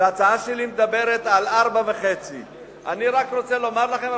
ההצעה שלי מדברת על 4.5. אני רק רוצה לומר לכם,